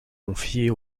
confiée